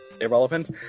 irrelevant